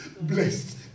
blessed